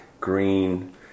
green